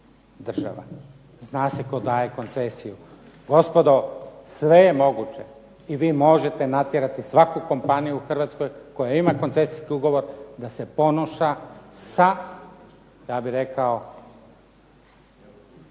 država, zna se tko daje koncesiju. Gospodo, sve je moguće, i vi možete natjerati svaku kompaniju u Hrvatskoj koja ima koncesijski ugovor da se ponaša sa, ja bih rekao